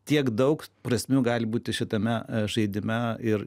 tiek daug prasmių gali būti šitame žaidime ir